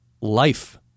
life